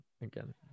again